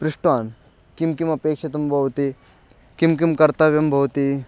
पृष्टवान् किं किम् अपेक्षितं भवति किं किं कर्तव्यं भवति